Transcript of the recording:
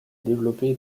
développé